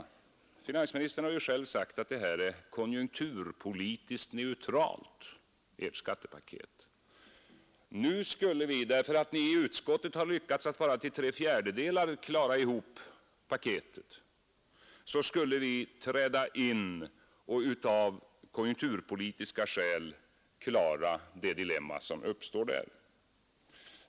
Finansministern har ju själv sagt att skattepaketet är konjunkturpolitiskt neutralt. Nu skulle vi, därför att ni i utskottet bara har lyckats med att till tre fjärdedelar klara ihop paketet, träda in och av konjunkturpolitiska skäl klara det dilemma som uppstår.